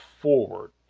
forward